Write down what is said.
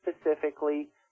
specifically